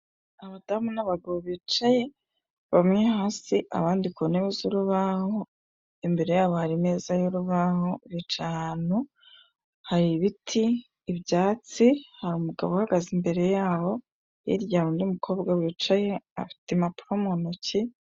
Ikinyabiziga gishinzwe gukora imihanda kiri mu busitani ndetse inyuma y'ubwo busitani hari inganda izo nganda zisize amabara y'umweru n'urundi rusize irangi ry'ibara ry'icyatsi ryerurutse izo nganda ziri ahitaruye.